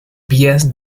vías